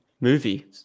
movie